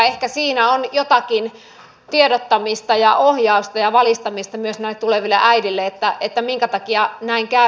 ehkä siinä on jotakin tiedottamista ja ohjausta ja valistamista myös näille tuleville äideille minkä takia näin käy